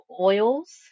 oils